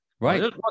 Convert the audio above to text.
Right